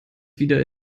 wieder